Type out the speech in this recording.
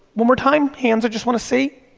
one more time, hands, i just wanna see.